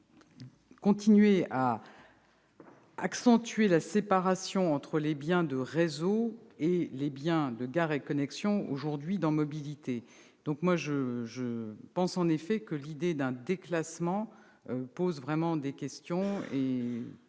continuer à accentuer la séparation entre les biens de SNCF Réseau et les biens de Gares & Connexions, aujourd'hui rattachés à SNCF Mobilités. Je pense en effet que l'idée d'un déclassement pose vraiment des questions